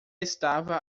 estava